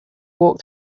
walk